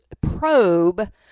probe